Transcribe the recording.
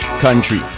Country